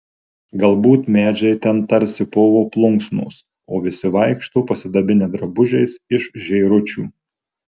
galbūt medžiai ten tarsi povo plunksnos o visi vaikšto pasidabinę drabužiais iš žėručių